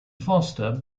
foster